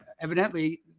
evidently